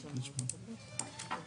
סקירת הממונה על שוק ההון,